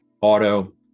auto